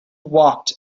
walked